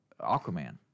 Aquaman